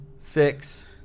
Fix